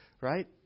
right